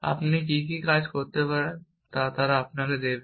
আপনি কি কি কাজ করতে পারেন তা তারা আপনাকে দেবে